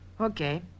Okay